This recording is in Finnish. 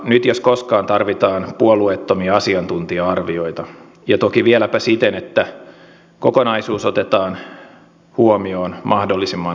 nyt jos koskaan tarvitaan puolueettomia asiantuntija arvioita ja toki vieläpä siten että kokonaisuus otetaan huomioon mahdollisimman laajasti